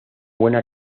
buena